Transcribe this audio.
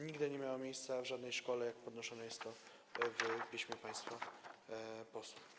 Nigdy nie miało to miejsca w żadnej szkole, jak podnoszone jest to w piśmie państwa posłów.